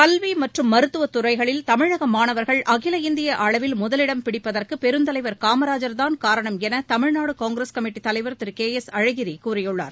கல்வி மற்றும் மருத்துவத்துறைகளில் தமிழக மாணவர்கள் அகில இந்திய அளவில் முதலிடம் பிடிப்பதற்கு பெருந்தலைவர் காமராஜர்தான் காரணம் என தமிழ்நாடு காங்கிரஸ் கமிட்டி தலைவர் திரு கே எஸ் அழகிரி கூறியுள்ளார்